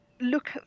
look